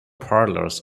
parlors